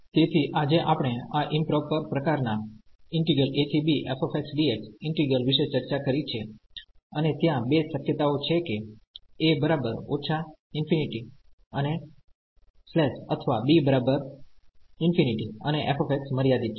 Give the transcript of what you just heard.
તેથી આજે આપણે આ ઈમપ્રોપર પ્રકારના abfxdx ઈન્ટિગ્રલવિશે ચર્ચા કરી છે અને ત્યાં બે શક્યતાઓ છે કે a −∞ અને અથવા b ∞ અને f મર્યાદિત છે